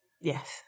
Yes